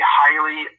highly